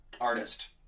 artist